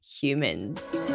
humans